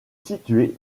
situé